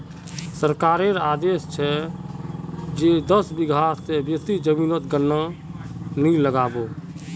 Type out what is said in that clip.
सरकारेर आदेश छ जे दस बीघा स बेसी जमीनोत गन्ना नइ लगा बो